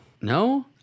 No